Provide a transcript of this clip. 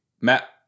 Matt